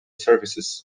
services